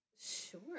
Sure